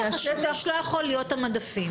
השטח השמיש לא יכול להיות המדפים.